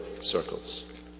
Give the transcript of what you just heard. circles